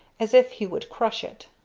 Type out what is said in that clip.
as if he would crush it.